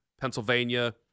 Pennsylvania